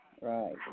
Right